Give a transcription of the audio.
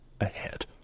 ahead